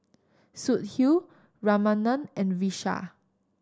Sudhir Ramanand and Vishal